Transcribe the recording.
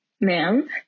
ma'am